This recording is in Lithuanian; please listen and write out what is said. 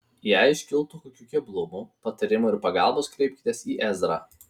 jei iškiltų kokių keblumų patarimo ir pagalbos kreipkitės į ezrą